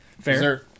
Fair